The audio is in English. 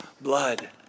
blood